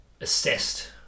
assessed